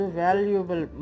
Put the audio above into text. valuable